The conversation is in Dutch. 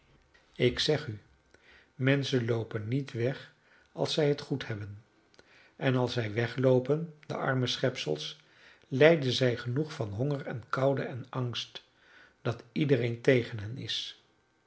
ik zeg u menschen loopen niet weg als zij het goed hebben en als zij wegloopen de arme schepsels lijden zij genoeg van honger en koude en angst dat iedereen tegen hen is